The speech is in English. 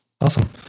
Awesome